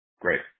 Great